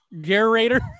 generator